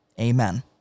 Amen